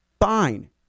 fine